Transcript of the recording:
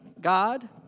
God